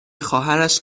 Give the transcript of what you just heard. خواهرش